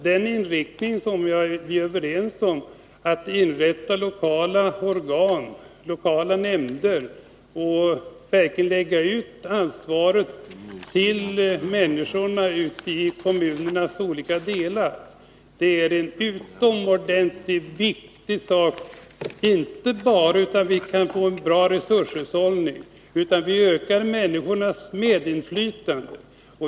Den inriktning som vi är överens om, nämligen att inrätta lokala organ och verkligen lägga ut ansvaret på människorna ute i kommunernas olika delar, är utomordentligt viktig, inte bara för att vi skall få en bra resurshushållning, utan också för att vi skall kunna öka människornas medinflytande.